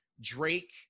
Drake